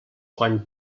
quan